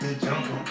jumping